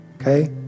okay